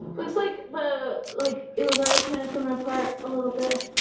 looks like ah like it was already kind of coming apart a little bit